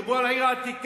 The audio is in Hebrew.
דיברו על העיר העתיקה,